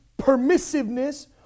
permissiveness